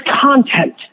content